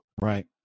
Right